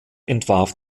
entwarf